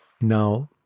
now